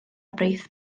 brith